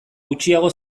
gutxiago